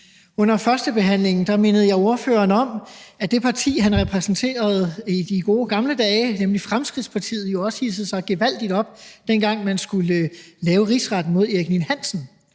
Under førstebehandlingen mindede jeg ordføreren om, at det parti, han repræsenterede i de gode gamle dage, nemlig Fremskridtspartiet, jo også hidsede sig gevaldigt op, dengang man skulle lave rigsretten imod Erik Ninn-Hansen.